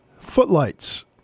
Footlights